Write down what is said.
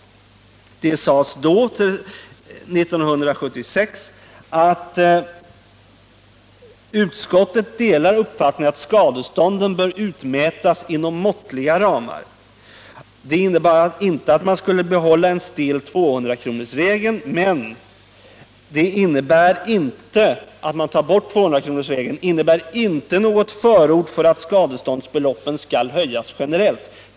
Arbetsmarknadsutskottet sade 1976 att det delade uppfattningen att skadeståndet bör utmätas inom måttliga ramar. Det innebär inte att man skall behålla en stel 200 kronorsregel, men det förhållandet att man tar bort 200-kronorsregeln innebär inte något förord för att skadeståndsbeloppen skall höjas generellt.